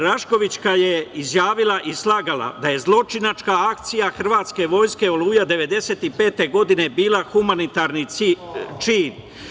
Raškovićeva je izjavila i slagala da je zločinačka akcija hrvatske vojske „Oluja 1995. godine“, bila humanitarni čin.